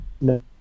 No